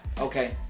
Okay